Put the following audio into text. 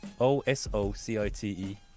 O-S-O-C-I-T-E